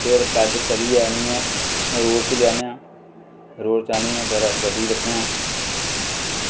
फिर पैदल चलियै आह्नियै रोड़ च लेआने आं रोड़ च आह्नियै फिर गड्डी च रक्खने आं